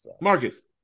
Marcus